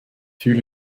fühle